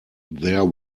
there